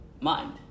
mind